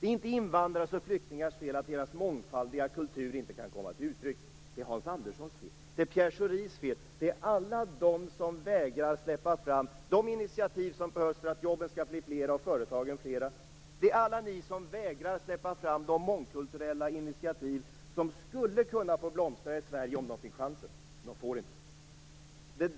Det är inte invandrares och flyktingars fel att deras mångfaldiga kultur inte kan komma till uttryck. Det är Hans Anderssons fel, det är Pierre Schoris fel - alla de som vägrar släppa fram de initiativ som behövs för att jobben skall bli fler och företagen fler, alla de som vägrar släppa fram de mångkulturella initiativ som skulle kunna blomstra i Sverige om de fick chansen. Det får de inte.